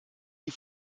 die